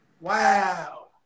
Wow